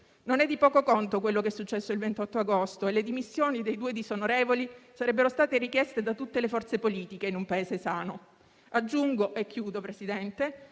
Non è di poco conto quello che è successo il 28 luglio e le dimissioni dei due disonorevoli sarebbero state richieste da tutte le forze politiche in un Paese sano. Aggiungo, signor Presidente,